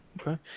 Okay